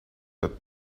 that